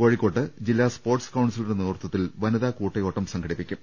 കോഴിക്കോട്ട് ജില്ലാ സ്പോർട്സ് കൌൺസിലിന്റെ നേതൃത്വത്തിൽ വനിതാ കൂട്ടയോട്ടം സംഘ ടിപ്പിക്കുന്നു